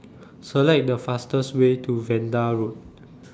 Select The fastest Way to Vanda Road